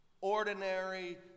Ordinary